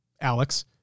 Alex